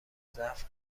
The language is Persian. ضعف